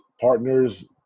partners